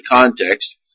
context